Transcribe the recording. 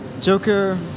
Joker